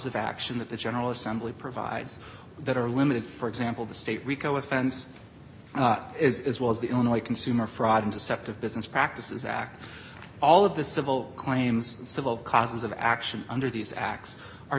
of action that the general assembly provides that are limited for example the state rico offense as well as the only consumer fraud and deceptive business practices act all of the civil claims civil causes of action under these acts are